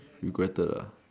regretted lah